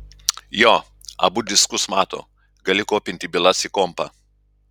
jo abu diskus mato gali kopinti bylas į kompą